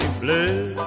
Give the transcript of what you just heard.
blue